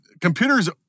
computers